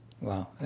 wow